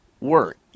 work